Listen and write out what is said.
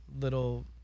little